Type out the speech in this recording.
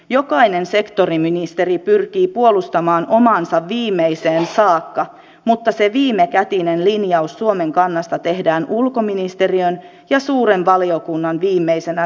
jokainen sektoriministeri pyrkii puolustamaan omaansa viimeiseen saakka mutta se viimekätinen linjaus suomen kannasta tehdään ulkoministeriön ja suuren valiokunnan viimeisenä sanana